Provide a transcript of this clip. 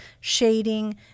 shading